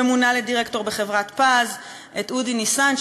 ומונה לדירקטור בחברת "פז"; את אודי ניסן,